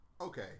okay